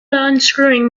unscrewing